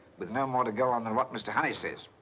with no more to go on than what mr. honey says.